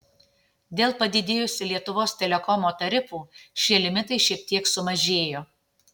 dėl padidėjusių lietuvos telekomo tarifų šie limitai šiek tiek sumažėjo